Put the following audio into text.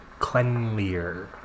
cleanlier